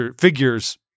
figures